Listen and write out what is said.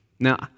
Now